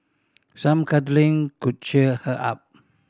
some cuddling could cheer her up